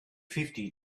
fifty